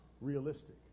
realistic